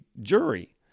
jury